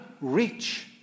rich